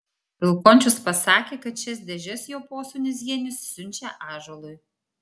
vilkončius pasakė kad šias dėžes jo posūnis henius siunčia ąžuolui